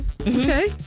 Okay